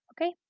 Okay